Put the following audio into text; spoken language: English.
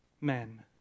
men